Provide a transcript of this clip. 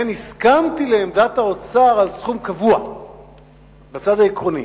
הסכמתי לעמדת האוצר על סכום קבוע בצד העקרוני.